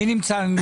מי נמצא?